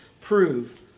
prove